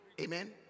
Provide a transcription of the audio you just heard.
Amen